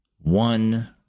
One